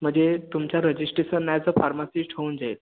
म्हणजे तुमचा registration as a pharmacist होऊन जाईल